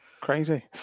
Crazy